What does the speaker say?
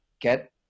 get